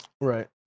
Right